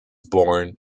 born